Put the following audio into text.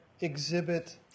exhibit